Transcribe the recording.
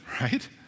right